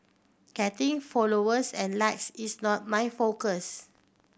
getting followers and likes is not my focus